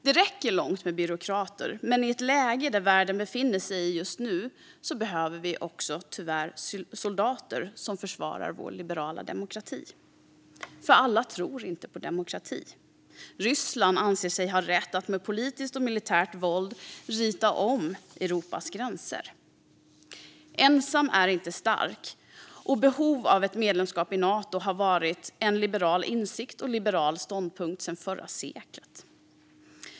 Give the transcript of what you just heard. Det räcker långt med byråkrater, men i det läge världen befinner sig i just nu behöver vi tyvärr också soldater som försvarar vår liberala demokrati. Alla tror ju inte på demokrati. Ryssland anser sig ha rätt att med politiskt och militärt våld rita om Europas gränser. Att ensam inte är stark och att det finns behov av ett medlemskap i Nato har varit liberala insikter och ståndpunkter sedan förra seklet.